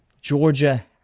Georgia